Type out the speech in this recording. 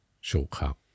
shortcut